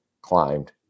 climbed